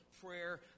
prayer